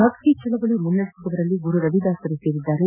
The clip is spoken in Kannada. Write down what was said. ಭಕ್ತಿ ಚಳವಳಿ ಮುನ್ನಡೆಸಿದವರಲ್ಲಿ ಗುರು ರವಿದಾಸ್ ಸೇರಿದ್ದಾರೆ